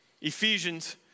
Ephesians